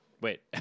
Wait